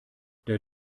der